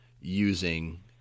using